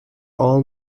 all